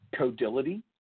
Codility